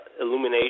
illumination